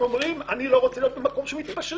הם אומרים אנחנו לא רוצים להיות במקום שמתפשרים,